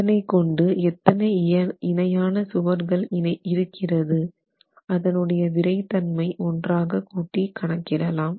இதனை கொண்டு எத்தனை இணையான சுவர்கள் இருக்கிறது அதனுடைய விறைதன்மை ஒன்றாகக் கூட்டி கணக்கிடலாம்